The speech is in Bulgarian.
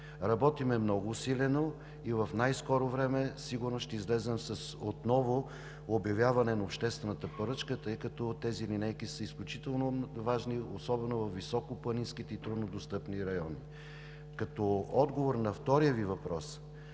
Работим много усилено и в най-скоро време сигурно ще излезем отново с обявяване на обществената поръчка, тъй като тези линейки са изключително важни, особено във високопланинските и труднодостъпни райони. Като отговор на втория Ви въпрос,